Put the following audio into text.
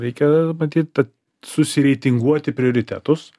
reikia matyt susireitinguoti prioritetus